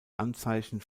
anzeichen